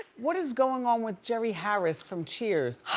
what is going on with jerry harris from cheers?